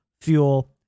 fuel